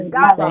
God